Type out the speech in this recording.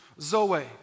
zoe